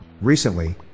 Recently